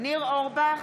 ניר אורבך,